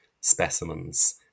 specimens